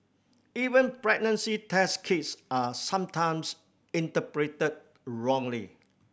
even pregnancy test kits are sometimes interpreted wrongly